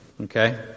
Okay